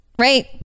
right